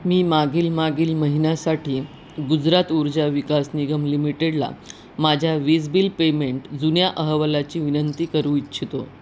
मी मागील मागील महिन्यासाठी गुजरात ऊर्जा विकास निगम लिमिटेडला माझ्या वीज बिल पेमेंट जुन्या अहवालाची विनंती करू इच्छितो